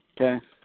Okay